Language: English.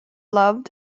loved